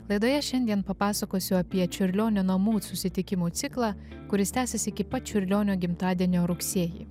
laidoje šiandien papasakosiu apie čiurlionio namų susitikimų ciklą kuris tęsis iki pat čiurlionio gimtadienio rugsėjį